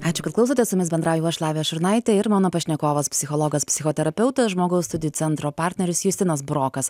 ačiū kad klausotės su jumis bendrauju aš lavija šurnaitė ir mano pašnekovas psichologas psichoterapeutas žmogaus studijų centro partneris justinas burokas